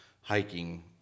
hiking